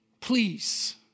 please